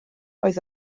oedd